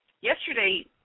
Yesterday